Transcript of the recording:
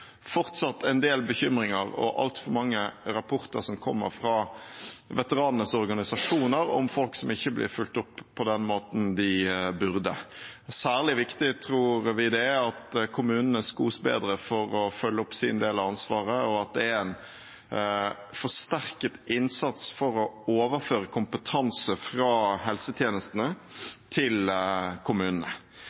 fortsatt en del bekymringer og altfor mange rapporter som kommer fra veteranenes organisasjoner, om folk som ikke blir fulgt opp på den måten de burde. Særlig viktig tror vi det er at kommunene skos bedre for å følge opp sin del av ansvaret, og at det er en forsterket innsats for å overføre kompetanse fra helsetjenestene til kommunene.